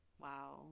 Wow